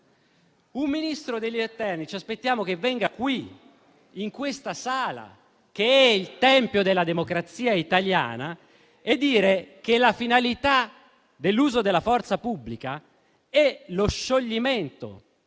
Un ministro dell'interno ci aspettiamo che venga qui in questa sala, che è il tempio della democrazia italiana, a dire che la finalità dell'uso della forza pubblica è lo scioglimento